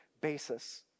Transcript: basis